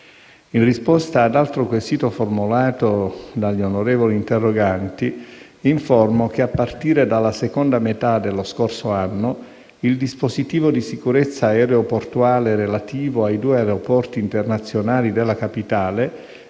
In risposta ad altro quesito formulato dagli onorevoli interroganti, informo che, a partire dalla seconda metà dello scorso anno, il dispositivo di sicurezza aeroportuale relativo ai due aeroporti internazionali della Capitale